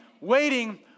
waiting